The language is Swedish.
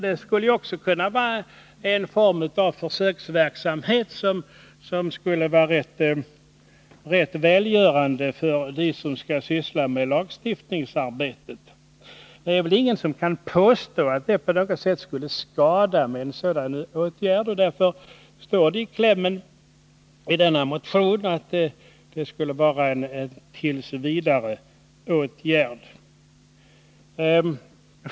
Det skulle också kunna tjäna som en form av försöksverksamhet som skulle vara rätt välgörande för dem som har att syssla med lagstiftningsarbetet. Ingen kan väl påstå att det på något sätt skulle skada om man vidtog en sådan åtgärd. Därför går klämmen i motionen ut på att det skall vara en tillsvidareåtgärd.